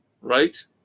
right